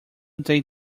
day